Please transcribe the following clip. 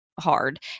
hard